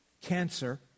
cancer